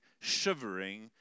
shivering